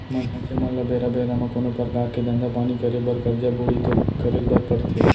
मनसे मन ल बेरा बेरा म कोनो परकार के धंधा पानी करे बर करजा बोड़ी तो करेच बर परथे